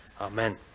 amen